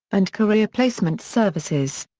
and career placement services.